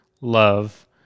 love